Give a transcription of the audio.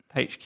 HQ